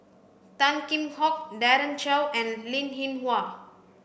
Tan Kheam Hock Daren Shiau and Linn In Hua